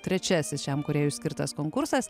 trečiasis šiam kūrėjui skirtas konkursas